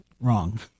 wrong